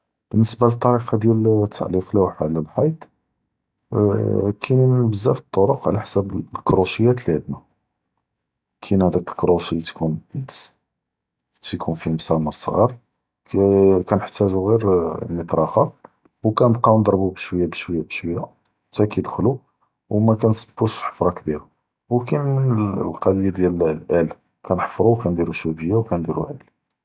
באלניסבה לטריקה דיאל תליק לוח עלא אלח’יט, כאין בזאף אלת’ורק עלא חסאב אלכרושיות לי ענדנא, כאין הד’אק אלכרושי לי תיכון אקס, ו כתכון פיה מסאמר סג’אר כנח’אסו ג’יר מטרקה ו כנתבקאוו נדרבו בשוי בשוי בשוי חתה כיד’חל ו מכמס’נבוש ח’ופרה קבירה, ו כאין אלקצ’יה דיאל לאל כנהפרו ו כנדירו שוקיה ו כנדירו עד.